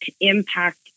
impact